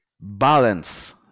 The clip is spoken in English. balance